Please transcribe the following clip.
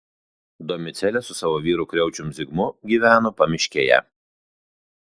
domicėlė su savo vyru kriaučium zigmu gyveno pamiškėje